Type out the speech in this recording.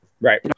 right